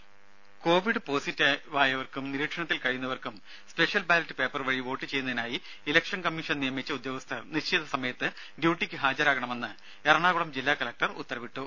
ദേദ covid positive ആയവർക്കും നിരീക്ഷണത്തിൽ കഴിയുന്നവർക്കും സ്പെഷ്യൽ ബാലറ്റ് പേപ്പർ വഴി വോട്ട് ചെയ്യുന്നതിനായി ഇലക്ഷൻ കമ്മീഷൻ നിയമിച്ച ഉദ്യോഗസ്ഥർ നിശ്ചിത സമയത്ത് ഡ്യൂട്ടിക്ക് ഹാജരാകണമെന്ന് എറണാകുളം ജില്ലാ കലക്ടർ ഉത്തരവിട്ടു